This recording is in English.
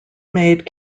made